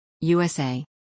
USA